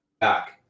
back